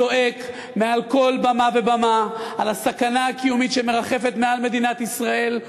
זועק מעל כל במה ובמה על הסכנה הקיומית שמרחפת מעל מדינת ישראל,